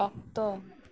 ᱚᱠᱛᱚ